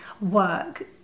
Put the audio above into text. work